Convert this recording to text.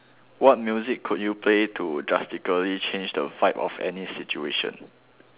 what music could you play to drastically change the vibe of any situation